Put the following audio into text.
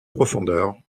profondeur